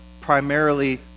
primarily